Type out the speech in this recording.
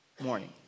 morning